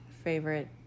Favorite